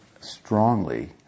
strongly